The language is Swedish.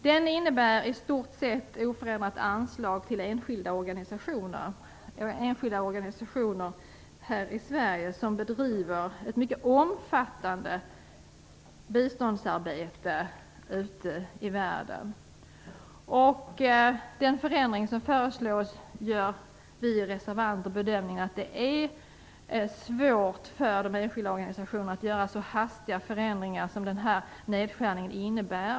Den innebär i stort sett oförändrat anslag till enskilda organisationer i Sverige som bedriver ett mycket omfattande biståndsarbete ute i världen. Vi reservanter gör bedömningen att det är svårt för de enskilda organisationerna att göra så hastiga förändringar som den föreslagna nedskärningen innebär.